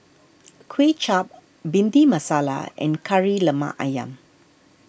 Kway Chap Bhindi Masala and Kari Lemak Ayam